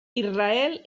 israel